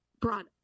brought